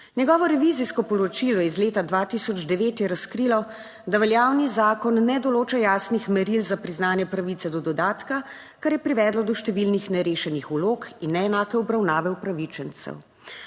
Njegovo revizijsko poročilo iz leta 2009 je razkrilo, da veljavni zakon ne določa jasnih meril za priznanje pravice do dodatka, kar je privedlo do številnih nerešenih vlog in neenake obravnave upravičencev.